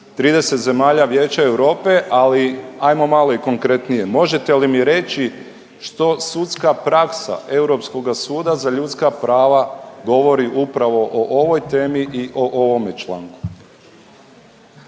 30 zemalja Vijeća Europe, ali ajmo malo i konkretnije. Možete li mi reći što sudska praksa Europskoga suda za ljudska prava govori upravo o ovoj temi i o ovome članku?